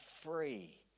free